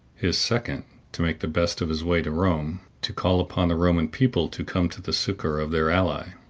his second, to make the best of his way to rome, to call upon the roman people to come to the succor of their ally!